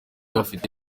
bafite